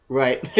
right